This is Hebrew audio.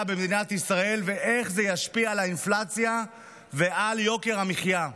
במדינת ישראל ואיך זה ישפיע על האינפלציה ועל יוקר המחיה.